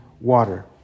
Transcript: water